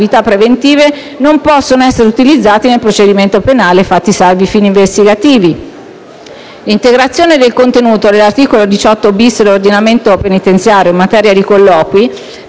preventive non possono essere utilizzati nel procedimento penale, fatti salvi i fini investigativi. L'integrazione del contenuto dell'art 18-*bis* dell'ordinamento penitenziario in materia di colloqui